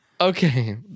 Okay